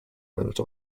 minute